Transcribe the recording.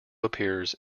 appears